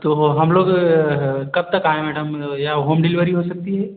तो हो हम लोग कब तक आएँ मैडम या होम डिलवरी हो सकती है